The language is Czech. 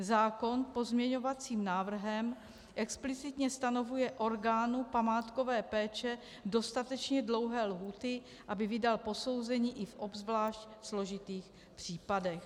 Zákon pozměňovacím návrhem explicitně stanovuje orgánu památkové péče dostatečně dlouhé lhůty, aby vydal posouzení i v obzvlášť složitých případech.